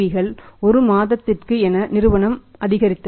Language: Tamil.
கள் ஒரு மாதத்திற்கு என நிறுவனம் அதிகரித்தது